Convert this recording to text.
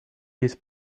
this